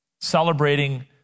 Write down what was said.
celebrating